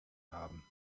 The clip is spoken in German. haben